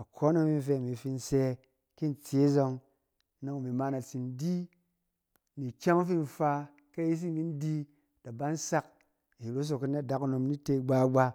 Akɔne wu fi imi fin sɛ ki in tse zɔng, nɔng imi ma na tsi di, ni ikyɛng ɔng fin in fa, ke iyisi min di, da ban sak i rosok in na adakunom ni te gbagba.